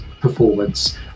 performance